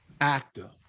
actor